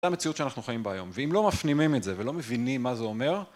זה המציאות שאנחנו חיים בה היום ואם לא מפנימים את זה ולא מבינים מה זה אומר